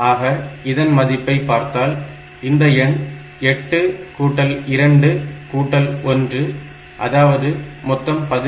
ஆக இதன் மதிப்பை பார்த்தால் இந்த எண் 8 கூட்டல் 2 கூட்டல் 1 அதாவது மொத்தம் 11